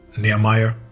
Nehemiah